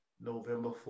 November